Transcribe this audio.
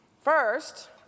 First